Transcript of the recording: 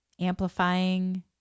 amplifying